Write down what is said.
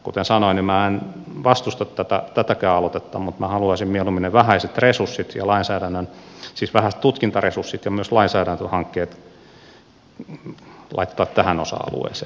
kuten sanoin minä en vastusta tätäkään aloitetta mutta minä haluaisin mieluimmin ne vähäiset resurssit ja lainsäädännön siis vähäiset tutkintaresurssit ja myös lainsäädäntöhankkeet laittaa tähän osa alueeseen